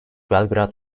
belgrad